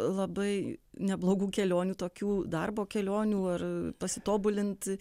labai neblogų kelionių tokių darbo kelionių ar pasitobulint